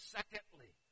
Secondly